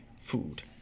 food